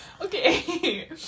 okay